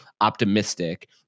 optimistic